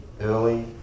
Early